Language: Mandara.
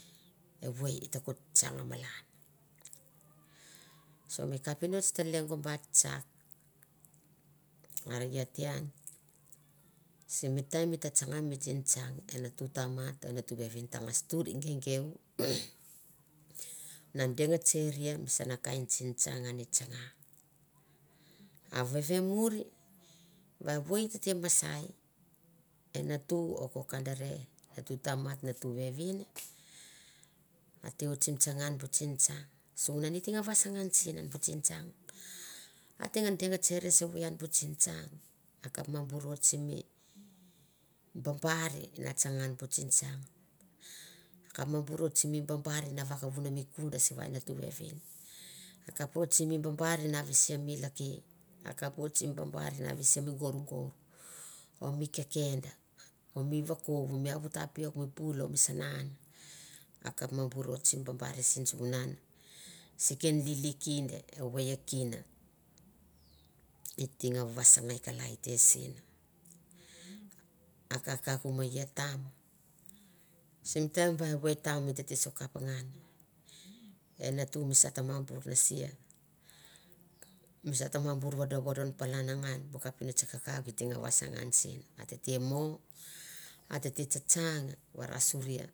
Evoi et ko tsang malan. mi kapinots ta bait tsak are i te an simi taim etc tsanga mi tsingtsang e natu ta mat e natu vevin ta ngas tuir e gegeuna na deng tseria mi sana kain tsingtsang an i tsing tsang an i tsanga. a vevemuin va voi tete masai e natu e ko kandere. natu tamat. natu vevin ote oit na tsanga an bu tsingtsang. sivuna bu ngasingas ma bu kapinots kakauk e tam a te nga vasangan sin, a te nga taria sin. ma misa ma bur vodovodon pilan tarave, tete mo be. tete tstsang varasori misa e taman tete nga ian na vasangan sen. A kakuk me gai malan sim langai, e vevin eta kap ba bur oit sim bambaria mi vakou. soir mi boros sosopen, was nge pelet o bu sana kain tsengtsang e geit mi langai get ko tsanga i ta kap ba bur oit simi babar o vodon pukua. sivunan e kinau a t nga vasangan varasoria misena e kinau tete nga vasangan sevoi. simi tsatsang i aron mi vanu, mi ni sinavai simi nane i bu natu, nane ia ko.